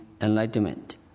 enlightenment